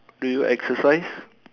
do you exercise